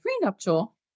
prenuptial